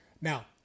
Now